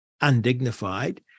undignified